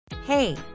Hey